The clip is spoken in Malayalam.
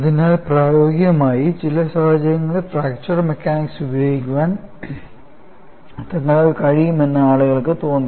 അതിനാൽ പ്രായോഗികമായി ചില സാഹചര്യങ്ങളിൽ ഫ്രാക്ചർ മെക്കാനിക്സ് പ്രയോഗിക്കാൻ തങ്ങൾക്ക് കഴിയുമെന്ന് ആളുകൾക്ക് തോന്നി